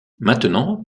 maintenant